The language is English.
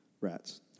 rats